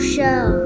Show